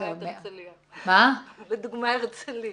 לדוגמה הרצליה.